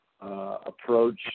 approach